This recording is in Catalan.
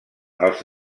els